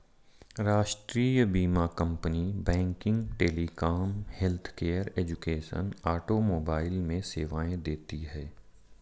राष्ट्रीय बीमा company banking, telecom, healthcare, education, automobile में सेवाएं देती है